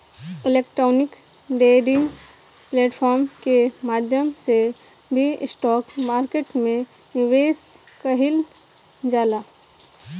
electronic trading platform के माध्यम से भी स्टॉक मार्केट में निवेश कईल जाला